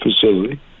facility